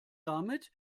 damit